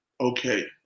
okay